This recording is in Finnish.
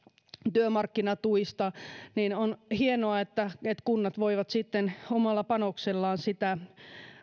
työmarkkinatuista ja on hienoa että kunnat voivat sitten omalla panoksellaan sitä